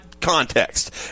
context